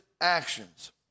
actions